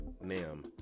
Nim